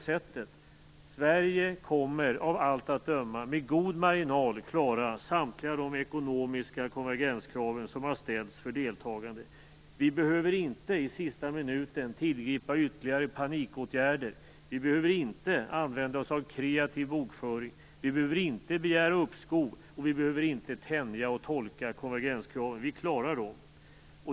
Sverige kommer av allt att döma att med god marginal klara samtliga de ekonomiska konvergenskrav som har ställts för deltagande. Vi behöver inte i sista minuten tillgripa ytterligare panikåtgärder, vi behöver inte använda oss av kreativ bokföring, vi behöver inte begära uppskov och vi behöver inte tänja och tolka konvergenskraven. Vi klarar dem.